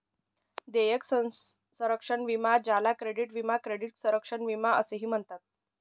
देयक संरक्षण विमा ज्याला क्रेडिट विमा क्रेडिट संरक्षण विमा असेही म्हणतात